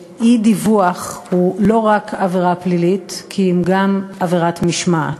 שאי-דיווח הוא לא רק עבירה פלילית כי אם גם עבירת משמעת,